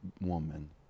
woman